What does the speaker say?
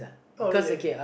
oh really